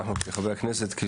אנחנו כחברי כנסת: